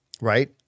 Right